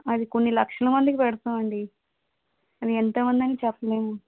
అది కొన్ని లక్షలమందికి పెడతాం అండి అది ఎంత మంది అని చెప్పలేము